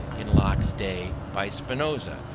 in locke's day, by spinoza,